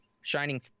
shining